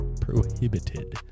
prohibited